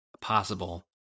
possible